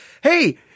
hey